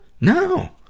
No